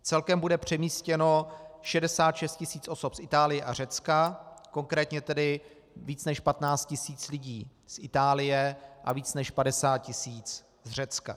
Celkem bude přemístěno 66 tisíc osob z Itálie a Řecka, konkrétně tedy více než 15 tisíc lidí z Itálie a více než 50 tisíc z Řecka.